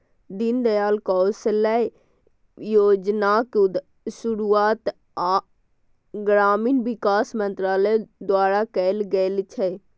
दीनदयाल कौशल्य योजनाक शुरुआत ग्रामीण विकास मंत्रालय द्वारा कैल गेल छै